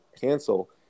cancel